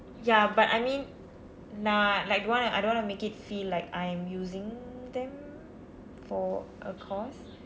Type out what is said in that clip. ya but I mean நான்:naan like don't want to I don't want to make it feel like I'm using them for a cause